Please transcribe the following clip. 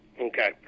okay